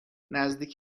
نزدیک